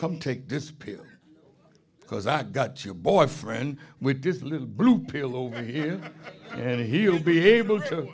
come take this pill because i got your boyfriend with this little blue pill over here and he'll be able to